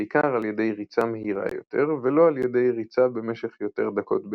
בעיקר על ידי ריצה מהירה יותר ולא על ידי ריצה במשך יותר דקות ביום.